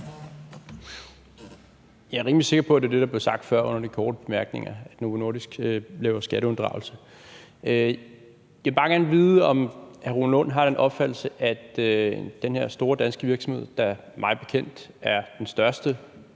Jeg er rimelig sikker på, at det var det, der blev sagt før under de korte bemærkninger, altså at Novo Nordisk laver skatteunddragelse. Jeg vil bare gerne vide, om hr. Rune Lund har den opfattelse, at den her store danske virksomhed, der mig bekendt er den største